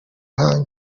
hanyu